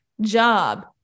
job